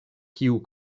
kiu